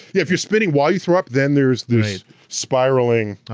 yeah if you're spinning while you throw up, then there's spiraling